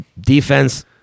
defense